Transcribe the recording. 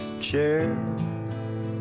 chair